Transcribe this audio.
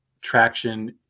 traction